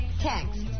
text